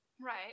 Right